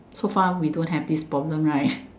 so far we don't have this problem right